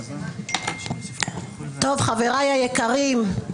חבריי היקרים,